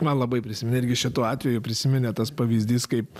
man labai prisiminė irgi šituo atveju prisiminė tas pavyzdys kaip